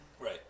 Right